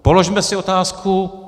Položme si otázku.